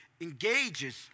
engages